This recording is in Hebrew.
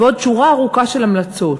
ועוד שורה ארוכה של המלצות.